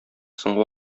соңгы